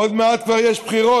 עוד מעט כבר יש בחירות.